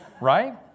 Right